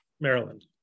Maryland